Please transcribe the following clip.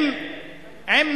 יפה.